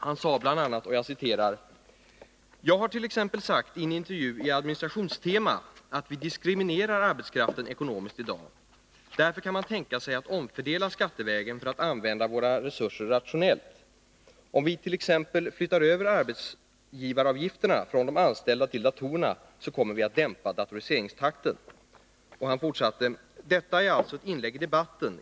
Han sade bl.a.: ”Jag har t.ex. sagt i en intervju i Administrationstema att vi diskriminerar arbetskraften ekonomiskt i dag. Därför kan man tänka sig att omfördela skattevägen för att använda våra resurser rationellt. Om vi t.ex. flyttar över arbetsgivaravgifterna från de anställda till datorerna, så kommer vi att dämpa datoriseringstakten.” ”Detta är alltså ett inlägg i debatten.